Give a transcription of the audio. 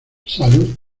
salud